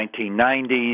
1990s